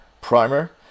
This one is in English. primer